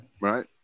Right